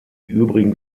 übrigen